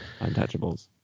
Untouchables